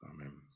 amen